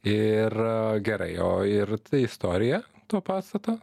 ir gerai o ir ta istorija to pastato